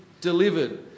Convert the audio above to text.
delivered